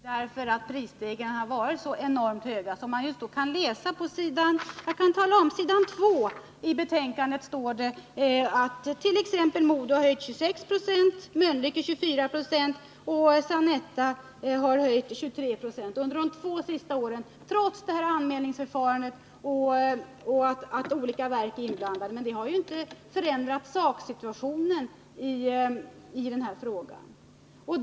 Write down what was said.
Herr talman! Prisstegringarna har ju varit enormt höga. Jag kan tala om att på s. 2 i betänkandet framgår det att MoDo höjt med 26 926, Mölnlycke med 24 96 och Sanetta med 23 96 under de två senaste åren — detta trots det här anmälningsförfarandet och trots att olika verk är inblandade. Det har inte förändrat sakförhållandet i den här frågan.